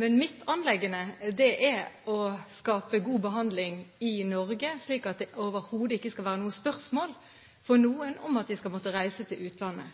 Men mitt anliggende er å skape god behandling i Norge, slik at det overhodet ikke skal være noe spørsmål for noen om de skal måtte reise til utlandet.